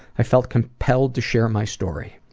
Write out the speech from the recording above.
i felt compelled to share my story.